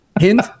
Hint